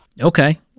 Okay